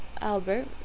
albert